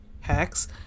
Hex